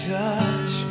touch